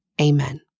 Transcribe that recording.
Amen